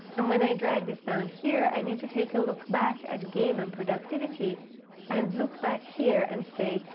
and when i drag this down here i need to take a look back at game and productivity and look back here and say,